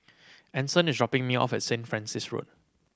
Anson is dropping me off at Saint Francis Road